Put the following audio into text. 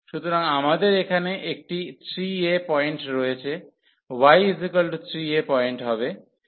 সুতরাং আমাদের এখানে একটি 3a পয়েন্ট রয়েছে y3a পয়েন্ট হবে